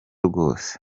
rwose